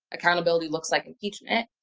accountability looks like impeachment.